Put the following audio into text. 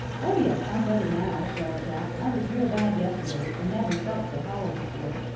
oh yes, i'm better now, drawled jack. i was real bad yesterday, and never felt so hollow before.